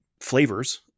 flavors